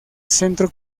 centro